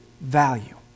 value